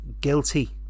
guilty